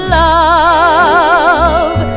love